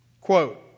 quote